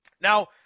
now